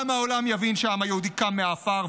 גם העולם יבין שהעם היהודי קם מהעפר,